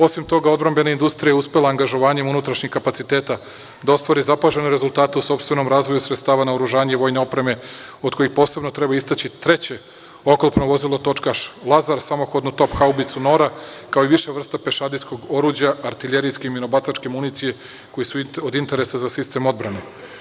Osim toga, odbrambena industrija je uspela angažovanjem unutrašnjih kapaciteta da ostvari zapažene rezultate u sopstvenom razvoju sredstava naoružanja i vojne opreme, od kojih posebno treba istaći treće oklopno vozilo točkaš „Lazar“, samohodnu top haubicu „Nora“, kao i više vrsta pešadijskog oruđa, artiljerijske i minobacačke municije koji su od interesa za sistem odbrane.